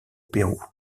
pérou